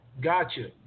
Gotcha